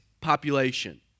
population